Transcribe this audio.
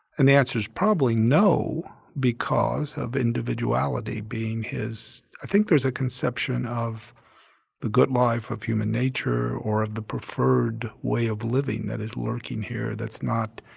and the answer is probably no because of individuality being his. i think there's a conception of the good life or human nature or of the preferred way of living that is lurking here that's not.